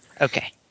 Okay